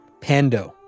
Pando